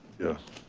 yes,